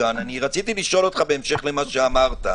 רציתי לשאול אותך, בהמשך למה שאמרת.